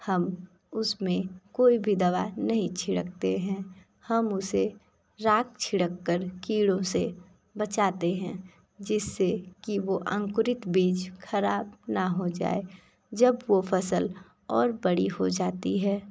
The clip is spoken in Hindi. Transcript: हम उसमें कोई भी दवा नहीं छिड़कते हैं हम उसे राख छिड़क कर कीड़ों से बचाते हैं जिससे कि वो अंकुरित बीज खराब ना हो जाए जब वोह फ़सल और बड़ी हो जाती है